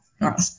right